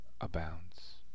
Abounds